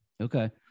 Okay